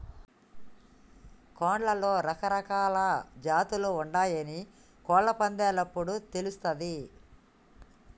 కోడ్లలో రకరకాలా జాతులు ఉంటయాని కోళ్ళ పందేలప్పుడు తెలుస్తది